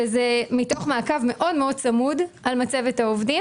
וזה מתוך מעקב מאוד צמוד על מצבת העובדים